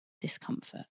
discomfort